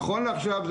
נכון לעכשיו,